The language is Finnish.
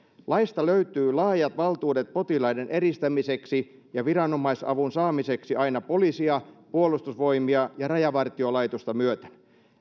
laista löytyy laajat valtuudet potilaiden eristämiseksi ja viranomaisavun saamiseksi aina poliisia puolustusvoimia ja rajavartiolaitosta myöten